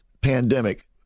pandemic